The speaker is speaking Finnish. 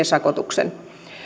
sakotus rajavartiolaitoksen toimesta